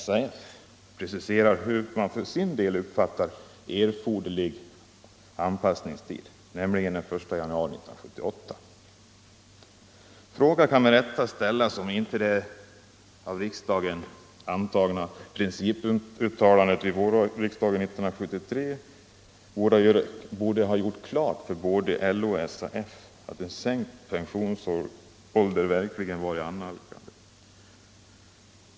SAF preciserar hur man för sin del uppfattar den erforderliga anpassningstiden, nämligen till den 1 januari 1978. Frågan kan med rätta ställas om inte det av vårriksdagen 1973 antagna principuttalandet borde ha gjort klart för både LO och SAF att en sänkning av pensionsåldern verkligen var i annalkande?